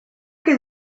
his